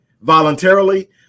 voluntarily